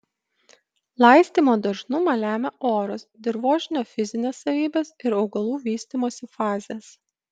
laistymo dažnumą lemia oras dirvožemio fizinės savybės ir augalų vystymosi fazės